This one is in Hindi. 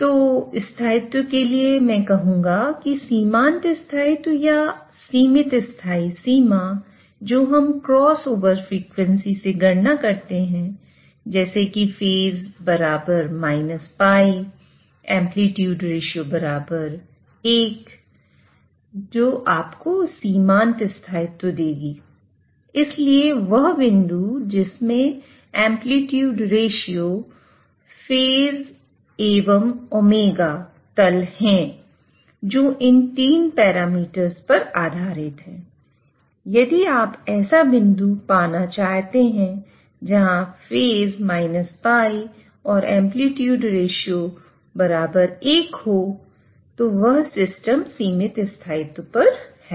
तो स्थायित्व के लिए या मैं कहूंगा कि सीमांत स्थायित्व या सीमित स्थाई सीमा जो हम क्रॉसओवर फ्रीक्वेंसी 1 हो वह सिस्टम सीमित स्थायित्व पर है